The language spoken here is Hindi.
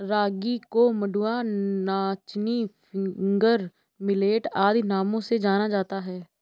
रागी को मंडुआ नाचनी फिंगर मिलेट आदि नामों से जाना जाता है